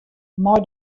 mei